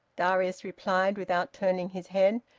darius replied, without turning his head.